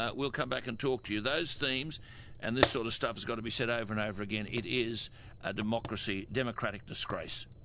ah we'll come back and talk to you. those themes and this sort of stuff has gotta be said over and over again. it is a democracy, a democratic disgrace.